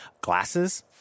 glasses